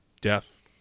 death